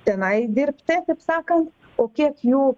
tenai dirbti taip sakan o kiek jų